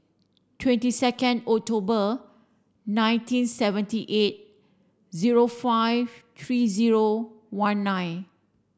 twenty second October nineteen seventy eight zero five three zero one nine